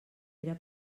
era